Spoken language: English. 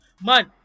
Man